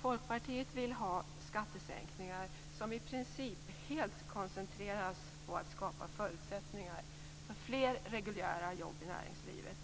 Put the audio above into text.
Folkpartiet vill ha skattesänkningar som i princip helt koncentreras på att skapa förutsättningar för fler reguljära jobb i näringslivet.